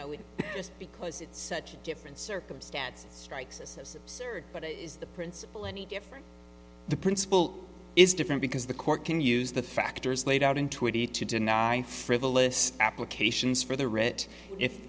it just because it's such a different circumstance strikes us as absurd but it is the principle any different the principle is different because the court can use the factors laid out in twenty two denying frivolous applications for the writ if